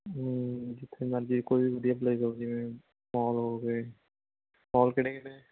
ਜਿੱਥੇ ਮਰਜ਼ੀ ਕੋਈ ਵੀ ਵਧੀਆ ਪਲੇਸ ਹੋਵੇ ਜਿਵੇਂ ਮੋਲ ਹੋ ਗਏ ਮੋਲ ਕਿਹੜੇ ਕਿਹੜੇ ਹੈ